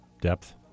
depth